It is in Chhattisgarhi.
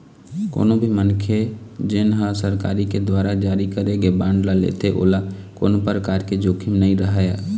कोनो भी मनखे जेन ह सरकार के दुवारा जारी करे गे बांड ल लेथे ओला कोनो परकार के जोखिम नइ रहय